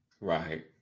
right